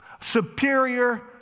superior